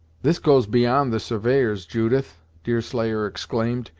this goes beyond the surveyors, judith! deerslayer exclaimed,